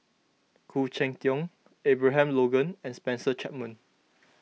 Khoo Cheng Tiong Abraham Logan and Spencer Chapman